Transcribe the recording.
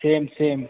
same same